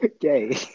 Gay